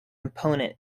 opponent